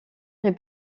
est